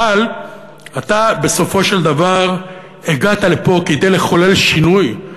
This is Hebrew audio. אבל בסופו של דבר אתה הגעת לפה כדי לחולל שינוי.